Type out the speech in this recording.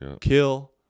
kill